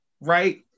right